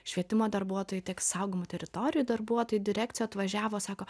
švietimo darbuotojų tiek saugomų teritorijų darbuotojų direkcija atvažiavo sako